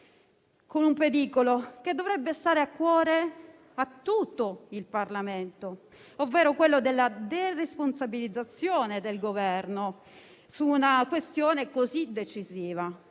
con un pericolo, che dovrebbe stare a cuore a tutto il Parlamento, ovvero quello della deresponsabilizzazione del Governo su una questione così decisiva.